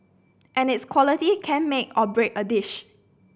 and its quality can make or break a dish